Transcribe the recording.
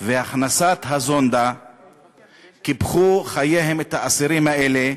והכנסת הזונדה קיפחו את חייהם האסירים האלה,